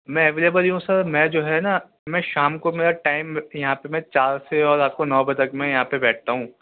میں اویلیبل ہی ہوں سر میں جو ہے نا میں شام کو میرا ٹائم یہاں پہ میں چار سے اور رات کو نو بجے تک میں یہاں پہ بیٹھتا ہوں